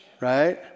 right